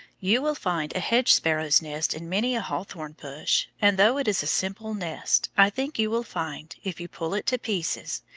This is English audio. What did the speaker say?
you will find a hedge-sparrow's nest in many a hawthorn bush, and though it is a simple nest, i think you will find, if you pull it to pieces,